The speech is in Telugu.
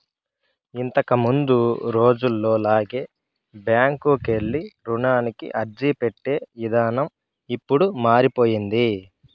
ఇంతకముందు రోజుల్లో లాగా బ్యాంకుకెళ్ళి రుణానికి అర్జీపెట్టే ఇదానం ఇప్పుడు మారిపొయ్యింది